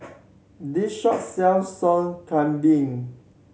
this shop sells Sop Kambing